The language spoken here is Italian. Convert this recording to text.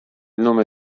nome